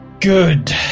Good